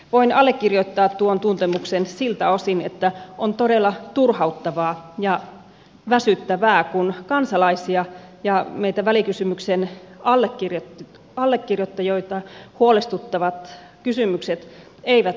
voin allekirjoittaa tuon tuntemuksen siltä osin että on todella turhauttavaa ja väsyttävää kun kansalaisia ja meitä välikysymyksen allekirjoittajia huolestuttavat kysymykset eivät saa vastauksia